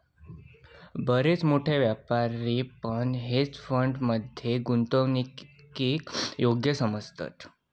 बरेच मोठे व्यापारी पण हेज फंड मध्ये गुंतवणूकीक योग्य समजतत